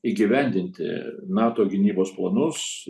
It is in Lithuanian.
įgyvendinti nato gynybos planus